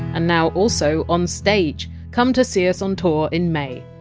and now also on stage come to see us on tour in may.